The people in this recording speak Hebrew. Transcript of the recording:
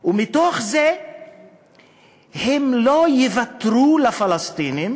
ומתוך זה הם לא יוותרו לפלסטינים